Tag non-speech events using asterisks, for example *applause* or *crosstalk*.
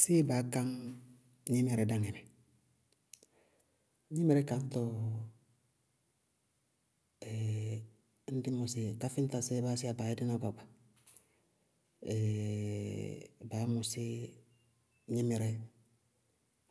Séé baá kañ gnímɩrɛ dáŋɛ mɛ? Gnímɩrɛ kañtɔ, *hesitation* ñŋ dí mɔsɩ, káfíñtasɛ báásíya baá yɛ díná gbaagba. *hesitation* baá mɔsí gnímɩrɛ,